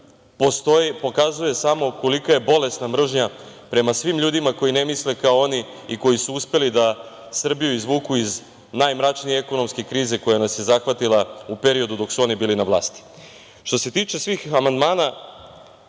pokazuje samo kolika je bolesna mržnja prema svim ljudima koji ne misle kao oni i koji su uspeli da Srbiju izvuku iz najmračnije ekonomske krize koja nas je zahvatila u periodu dok su oni bili na vlasti. Što se tiče svih amandmana,